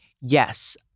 Yes